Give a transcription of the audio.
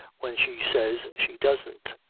when she says she doesn't.